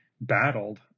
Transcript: battled